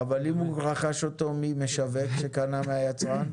אבל אם הוא רכש אותו ממשווק שקנה מהיצרן?